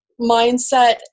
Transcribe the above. mindset